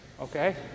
okay